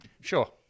sure